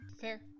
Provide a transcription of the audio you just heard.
Fair